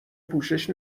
پوشش